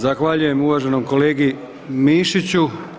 Zahvaljujem uvaženom kolegi Mišiću.